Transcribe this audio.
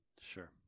Sure